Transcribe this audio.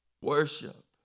worship